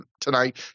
tonight